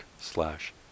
slash